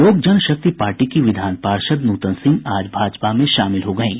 लोक जनशक्ति पार्टी की विधान पार्षद नूतन सिंह आज भाजपा में शामिल हो गयीं